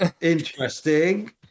interesting